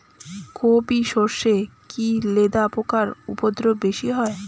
কোপ ই সরষে কি লেদা পোকার উপদ্রব বেশি হয়?